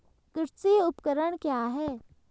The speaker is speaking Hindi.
कृषि उपकरण क्या है?